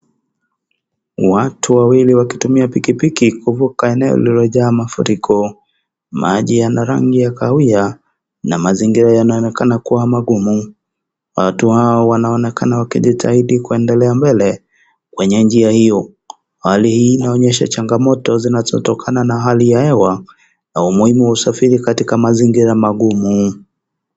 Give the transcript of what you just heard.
Watu wawili wakitumia pikipiki, kuvuka eneo lililojaa mafuriko. Maji yana rangi ya kahawia na mazingira yanaonekana kuwa magumu. Watu hao wanaonekana wakijitahidi kuendelea mbele kwenye njia hiyo. Hali hii inaonyesha changamoto zinazotokana na hali ya hewa na umuhimu wa usafiri katika mazingira magumu.